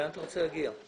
לאן אתה רוצה להגיע?